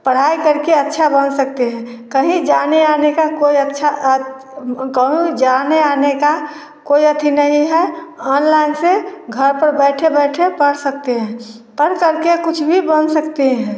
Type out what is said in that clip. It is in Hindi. पढ़ाई करके अच्छा बन सकते हैं कहीं जाने आने का कोई अच्छा कहों आने जाने का कोई आती नहीं हैं ऑनलाइन से घर पर बैठे बैठे पढ़ सकते हैं पढ़ सक के कुछ भी बन सकते हैं